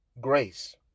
grace